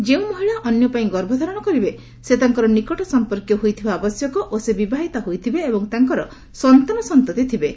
ଯେଉଁ ମହିଳା ଅନ୍ୟ ପାଇଁ ଗର୍ଭ ଧାରଣ କରିବେ ସେ ତାଙ୍କର ନିକଟ ସମ୍ପର୍କୀୟ ହୋଇଥିବା ଆବଶ୍ୟକ ଓ ସେ ବିବାହିତା ହୋଇଥିବେ ଏବଂ ତାଙ୍କର ସନ୍ତାନସନ୍ତତି ଥିବେ